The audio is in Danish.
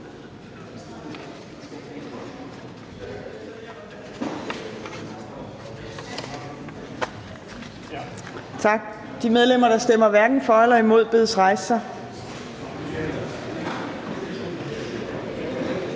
Tak. De medlemmer, der stemmer hverken for eller imod, bedes rejse sig.